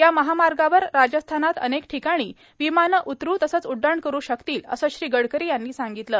या महामार्गावर राजस्थानात अनेक ठिकाणी विमानं उतरू तसंच उड्डाण करू शकतील असं श्री गडकरी यांनी सांगितलं